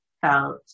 felt